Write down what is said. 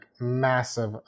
massive